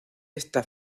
esta